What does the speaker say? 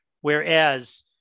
Whereas